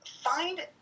find